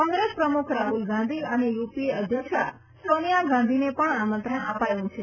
કોંગ્રેસ પ્રમુખ રાહુલ ગાંધી અને યુપીએ અધ્યક્ષા સોનિયા ગાંધીને પણ આમંત્રણ અપાયું છે